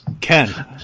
Ken